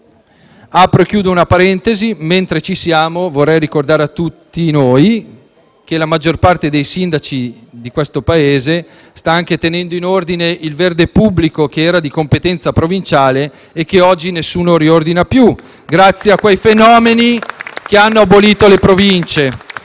Apro e chiudo una parentesi: mentre ci siamo, vorrei ricordare a tutti noi che oggi la maggior parte dei sindaci di questo Paese sta anche tenendo in ordine quel verde pubblico che era di competenza provinciale e che oggi nessuno più riordina *(Applausi dai Gruppi L-SP-PSd'Az e M5S)*, grazie a quei fenomeni che hanno abolito le Province.